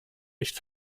nicht